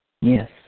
Yes